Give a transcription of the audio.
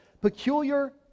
peculiar